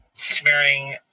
smearing